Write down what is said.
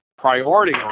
priority